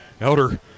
Elder